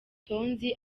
tonzi